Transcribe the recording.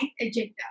agenda